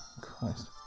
Christ